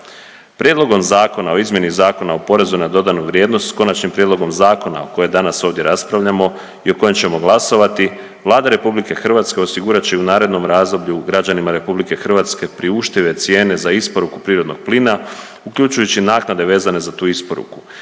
Prijedlogom zakona o izmjeni Zakona o PDV-u s konačnim prijedlogom zakona o kojem danas ovdje raspravljamo i o kojem ćemo glasovati, Vlada RH osigurat će i u narednom razdoblju građanima RH priuštive cijene za isporuku prirodnog plina, uključujući naknade vezane za tu isporuku.